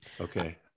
Okay